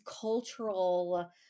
cultural